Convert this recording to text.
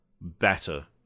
better